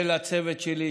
ולצוות שלי,